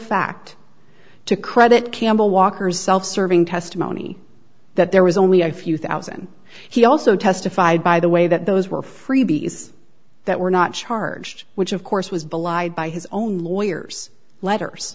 fact to credit campbell walker's self serving testimony that there was only a few thousand he also testified by the way that those were freebies that were not charged which of course was belied by his own lawyers letters